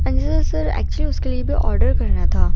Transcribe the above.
ہاں جی sir actually اس کے لیے بھی آرڈر کرنا تھا